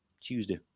Tuesday